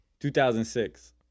2006